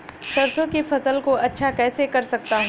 सरसो की फसल को अच्छा कैसे कर सकता हूँ?